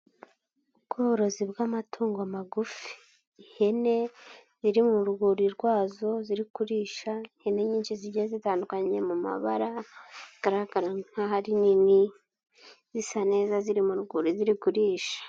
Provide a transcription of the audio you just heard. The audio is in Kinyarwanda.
Ubworozi bw'amatungo magufi ihene ziri mu rwuri rwazo ziri kurisha ihene nyinshi zijya zitandukanye mu mabara zigaragara nkaho ari nini zisa neza ziri mu rwuri ziri kuririsha.